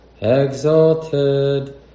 exalted